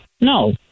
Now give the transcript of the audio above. No